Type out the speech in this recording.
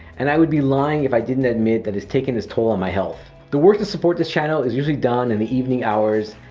and i would be lying if i didn't admit that it's taken its toll on my health. the work to support this channel is usually done in the evening hours,